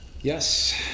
Yes